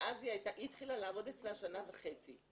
היא התחילה לעבוד אצלה שנה וחצי.